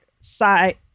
side